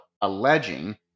alleging